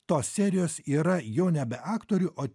tos serijos yra jau nebe aktorių o